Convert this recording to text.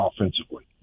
offensively